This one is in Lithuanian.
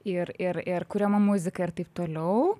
ir ir ir kuriama muzika ir taip toliau